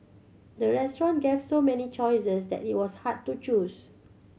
the restaurant gave so many choices that it was hard to choose